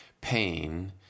pain